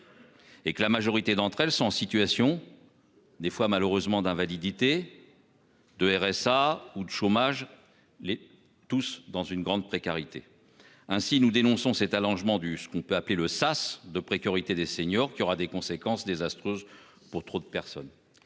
Et que la majorité d'entre elles sont en situation. Des fois malheureusement d'invalidité. De RSA ou le chômage les tous dans une grande précarité, ainsi nous dénonçons cet allongement du ce qu'on peut appeler le sas de précarité des seniors qui aura des conséquences désastreuses pour trop de personnes